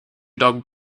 dog